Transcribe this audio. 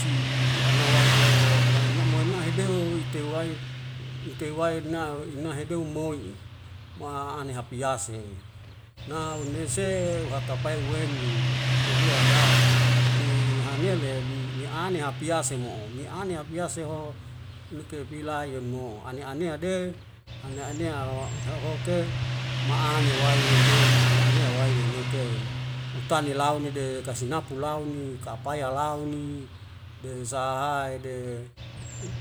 Si ana wae ho olai enam moin nahe dew'itewai itewai na inahe deum mo'i moa ani hapiase na honese uhatapae u wemi pelu adas mi hanea le mi ane hapiase mo'o mi ane hapiase ho luke pi layem mo ane anea de ane anea o he'hoke ma'ane wae weweneu ma ane anea wae weneu ke. utane le launide kasinapu lau ni kapaya lau ni dein sahaide unk